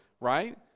right